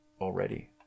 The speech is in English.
already